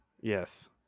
Yes